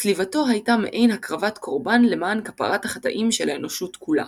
צליבתו הייתה מעין הקרבת קורבן למען כפרת החטאים של האנושות כולה.